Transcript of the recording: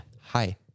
Hi